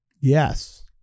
Yes